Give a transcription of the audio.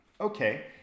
Okay